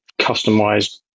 customized